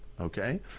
okay